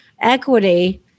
equity